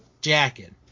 jacket